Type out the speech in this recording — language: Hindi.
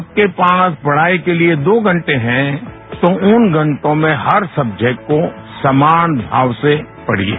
आपके पास पढ़ाई के लिए दो घंटे है तो उन घंटों में हर सब्जैक्ट को समान भाव से पढ़िये